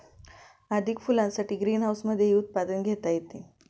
अधिक फुलांसाठी ग्रीनहाऊसमधेही उत्पादन घेता येते